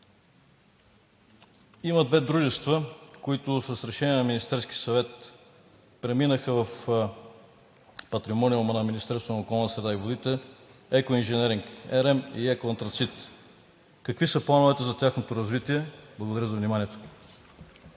Има две дружества, които с Решение на Министерския съвет преминаха в патримониума на Министерството на околната среда и водите – „Екоинженеринг-РМ“ и „Еко Антрацит“. Какви са плановете за тяхното развитие? Благодаря за вниманието.